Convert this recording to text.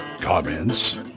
Comments